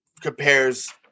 compares